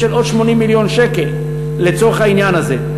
של עוד 80 מיליון שקל לצורך העניין הזה.